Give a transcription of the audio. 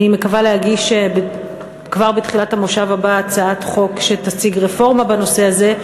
אני מקווה להגיש כבר בתחילת המושב הבא הצעת חוק שתציג רפורמה בנושא הזה.